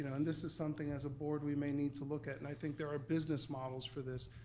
and this is something as a board we may need to look at, and i think there are business models for this,